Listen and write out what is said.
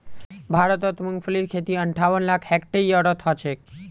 भारतत मूंगफलीर खेती अंठावन लाख हेक्टेयरत ह छेक